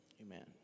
Amen